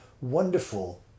wonderful